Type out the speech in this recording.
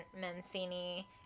Mancini